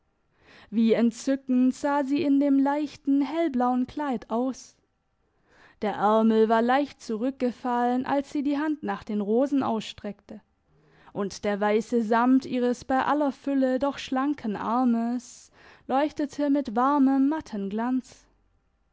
wie entzückend sah sie in dem leichten hellblauen kleid aus der ärmel war leicht zurückgefallen als sie die hand nach den rosen ausstreckte und der weisse sammet ihres bei aller fülle doch schlanken armes leuchtete mit warmem matten glanz